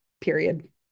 period